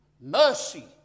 mercy